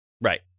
Right